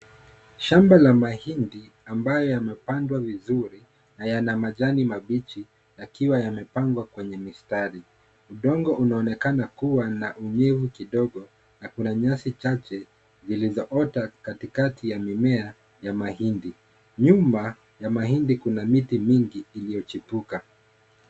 Shamba ya mahindi ambayo yamepandwa vizuri, na yana majani mabichi yakiwa yamepangwa kwenye mistari. Udongo unaonekana kubwa na unyevu kidogo na kuna nyasi chache zilizo ota katikakati ya mimea ya mahindi. Nyuma ya mahindi, kuna miti mingi iliyochipuka.